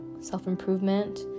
self-improvement